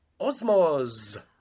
Osmos